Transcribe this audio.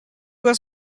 was